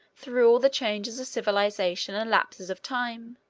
through all the changes of civilization and lapses of time,